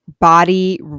body